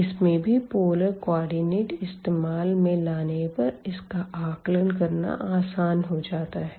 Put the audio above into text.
इसमें भी polar coordinate इस्तेमाल में लाने पर इसका आकलन करना आसान हो जाता है